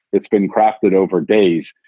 it's been crafted over days.